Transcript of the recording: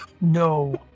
No